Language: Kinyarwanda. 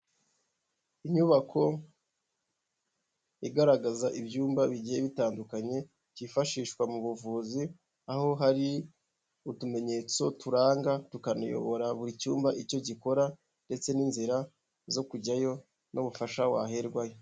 Inyubako igaragaza ibyumba bigiye bitandukanye byifashishwa mu buvuzi aho hari utumenyetso turanga tukanayobora buri cyumba icyo gikora ndetse n'inzira zo kujyayo n'ubufasha waherwayo.